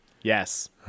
Yes